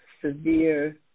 severe